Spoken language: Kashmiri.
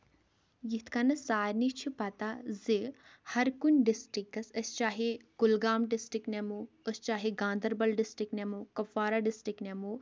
یِتھ کَنہِ سارنٕے چھِ پَتہ زِ ہَر کُنہِ ڈِسٹِرٛکَس أسۍ چاہے کُلگام ڈِسٹِرٛک نِمو أسۍ چاہے گاندَربَل ڈِسٹِرٛک نِمو کۄپوارہ ڈِسٹِرٛک نِمو